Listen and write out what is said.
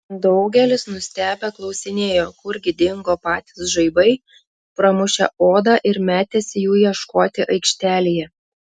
daugelis nustebę klausinėjo kurgi dingo patys žaibai pramušę odą ir metėsi jų ieškoti aikštelėje